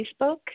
Facebook